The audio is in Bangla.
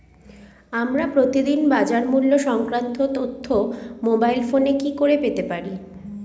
আমরা প্রতিদিন বাজার মূল্য সংক্রান্ত তথ্য মোবাইল ফোনে কি করে পেতে পারি?